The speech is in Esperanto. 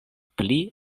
pli